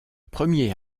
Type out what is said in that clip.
premier